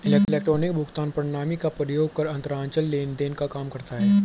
electronic भुगतान प्रणाली का प्रयोग कर अंतरजाल लेन देन काम करता है